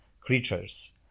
creatures